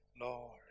Lord